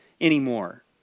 anymore